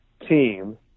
team